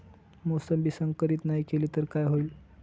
मोसंबी संकरित नाही केली तर काय होईल?